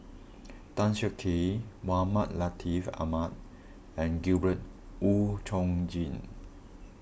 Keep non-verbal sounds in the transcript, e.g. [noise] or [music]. [noise] Tan Siak Kew Mohamed Latiff Mohamed and Gabriel Oon Chong Jin